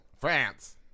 France